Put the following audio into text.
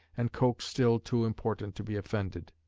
and coke still too important to be offended.